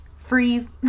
freeze